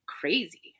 Crazy